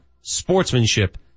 sportsmanship